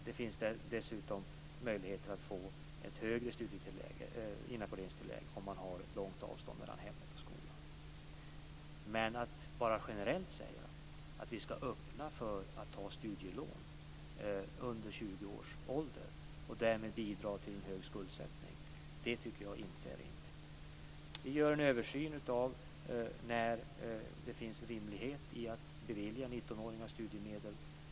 Det finns dessutom möjligheter att få ett högre inackorderingstillägg för dem som har långt avstånd mellan hemmet och skolan. Men att generellt säga att vi ska öppna för dem som är under 20 år att ta studielån och därmed bidra till en hög skuldsättning tycker jag inte är rimligt. Vi gör en översyn av när det är rimligt att bevilja 19-åringar studiemedel.